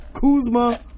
Kuzma